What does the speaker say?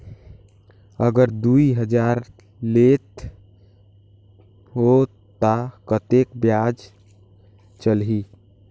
अगर दुई हजार लेत हो ता कतेक ब्याज चलही?